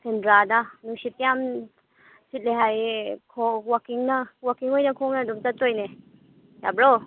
ꯁꯦꯟꯗ꯭ꯔꯥꯗ ꯅꯨꯡꯁꯤꯠꯀ ꯌꯥꯝ ꯁꯤꯠꯂꯦ ꯍꯥꯏꯌꯦ ꯋꯥꯛꯀꯤꯡꯅ ꯋꯥꯛꯀꯤꯡ ꯑꯣꯏꯅ ꯈꯣꯡꯅ ꯑꯗꯨꯝ ꯆꯠꯇꯣꯏꯅꯦ ꯌꯥꯕ꯭ꯔꯣ